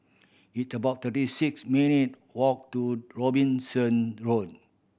it about thirty six minute walk to Robinson Road